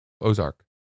Ozark